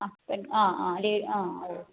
ആ പെൺ ആ ആ ലേ ആ ഒ